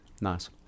Nice